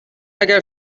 اگر